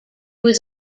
was